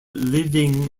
living